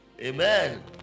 Amen